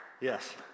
Yes